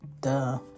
Duh